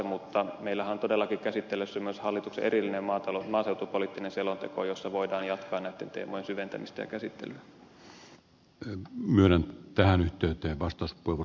mutta meillähän on todellakin käsittelyssä myös hallituksen erillinen maaseutupoliittinen selonteko jossa voidaan jatkaa näitten teemojen syventämistä ja käsittelyä